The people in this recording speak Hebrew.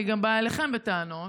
אני גם באה אליכם בטענות.